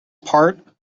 part